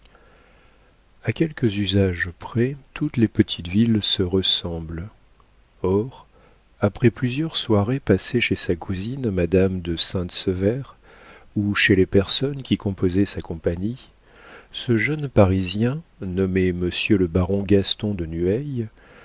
a quelques usages près toutes les petites villes se ressemblent or après plusieurs soirées passées chez sa cousine madame de sainte sevère ou chez les personnes qui composaient sa compagnie ce jeune parisien nommé monsieur le baron gaston de